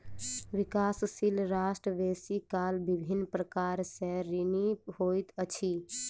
विकासशील राष्ट्र बेसी काल विभिन्न प्रकार सँ ऋणी होइत अछि